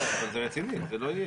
לא, אבל זה רציני, זה לא יהיה.